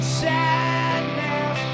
sadness